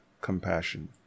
Compassion